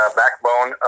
backbone